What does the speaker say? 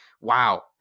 Wow